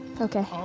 Okay